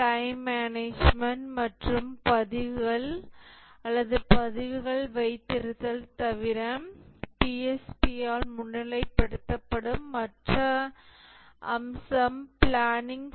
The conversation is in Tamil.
டைம் மேனேஜ்மென்ட் மற்றும் பதிவுகள் அல்லது பதிவுகளை வைத்திருத்தல் தவிர PSP ஆல் முன்னிலைப்படுத்தப்படும் மற்ற அம்சம் பிளானிங்